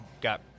Got